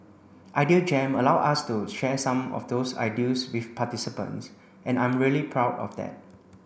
idea Jam allowed us to share some of those ideals with participants and I'm really proud of that